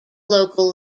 local